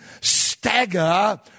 stagger